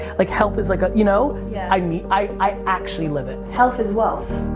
like health is like a. you know yeah i mean i actually live it. health is wealth.